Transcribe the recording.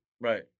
Right